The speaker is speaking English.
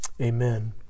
Amen